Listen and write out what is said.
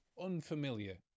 unfamiliar